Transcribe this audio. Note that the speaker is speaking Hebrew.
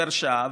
פר שעה,